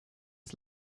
his